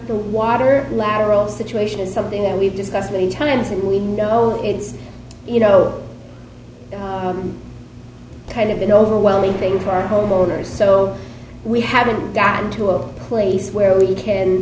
the water lateral situation is something that we've discussed many times and we know it's you know kind of an overwhelming thing for homeowners so we haven't gotten to a place where we can